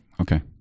Okay